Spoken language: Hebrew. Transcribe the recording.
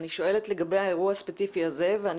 אני שואלת לגבי האירוע הספציפי הזה ואני